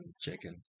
chicken